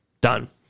Done